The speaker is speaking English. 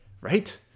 right